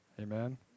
Amen